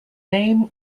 name